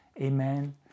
Amen